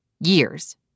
years